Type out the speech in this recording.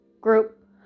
group